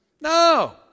No